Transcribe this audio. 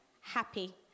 happy